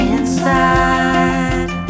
Inside